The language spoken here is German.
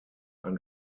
ein